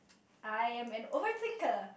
I am an overthinker